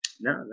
No